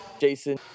Jason